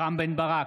רם בן ברק,